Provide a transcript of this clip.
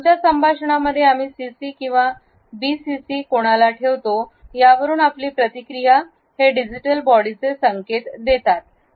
आमच्या संभाषणांमध्ये आम्ही सीसी आणि बीसीसी कोणाला ठेवतो यावरूनही आपली प्प्रतिक्रिया हे डिजिटल बॉडीचे संकेत आहेत